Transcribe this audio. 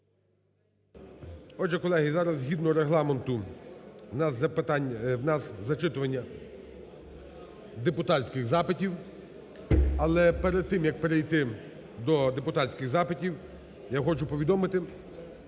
Отже, колеги зараз згідно Регламенту у нас зачитування депутатських запитів. Але перед тим як перейти до депутатських запитів я хочу повідомити,